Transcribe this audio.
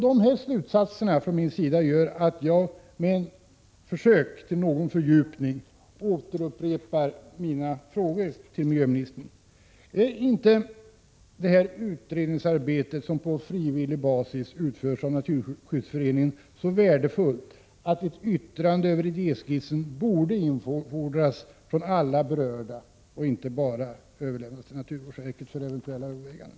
Dessa slutsatser från min sida gör att jag, med försök till någon fördjupning, upprepar mina frågor till miljöministern: Är inte det utredningsarbete som på frivillig basis utförs av Naturskyddsföreningen så värdefullt, att ett yttrande över idéskissen borde infordras från alla berörda organ? Nu har ju förslaget bara överlämnats till naturvårdsverket för eventuella överväganden.